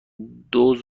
دُز